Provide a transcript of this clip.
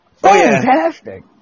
Fantastic